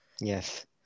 Yes